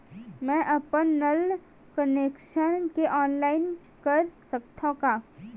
मैं अपन नल कनेक्शन के ऑनलाइन कर सकथव का?